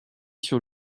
sur